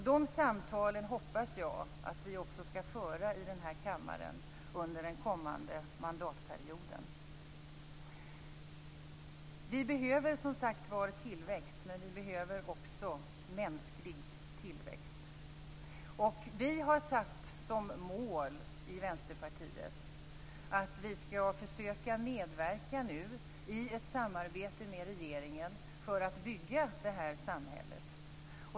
De samtalen hoppas jag att vi också skall föra i denna kammare under den kommande mandatperioden. Vi behöver som sagt var tillväxt, men vi behöver också mänsklig tillväxt. Vi har satt som mål i Vänsterpartiet att vi nu skall försöka medverka i ett samarbete med regeringen för att bygga detta samhälle.